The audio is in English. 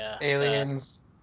aliens